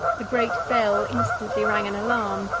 the great bell instantly rang an alarm,